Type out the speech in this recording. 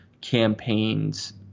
campaigns